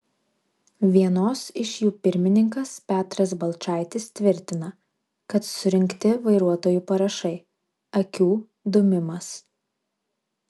vienos iš jų pirmininkas petras balčaitis tvirtina kad surinkti vairuotojų parašai akių dūmimas